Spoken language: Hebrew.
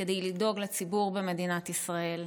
כדי לדאוג לציבור במדינת ישראל,